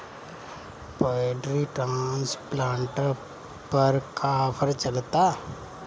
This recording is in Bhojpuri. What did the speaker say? पैडी ट्रांसप्लांटर पर का आफर चलता?